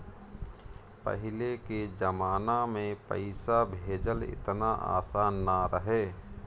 पहिले के जमाना में पईसा भेजल एतना आसान ना रहे